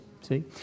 See